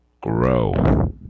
grow